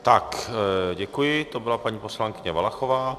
Tak, děkuji, to byla paní poslankyně Valachová.